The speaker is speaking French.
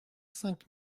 cinq